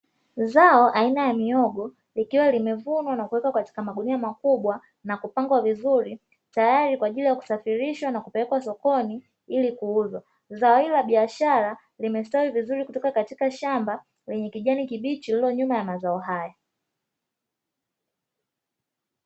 Zao aina ya mihogo, likiwa limevunwa na kuwekwa katika magunia makubwa na kupangwa vizuri tayari kwaajili ya kusafirishwa na kupelekwa sokoni ili kuuzwa, zao hilo biashara limestawi vizuri kutoka katika shamba lenye kijani kibichi lililo nyuma ya mazao haya.